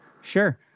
Sure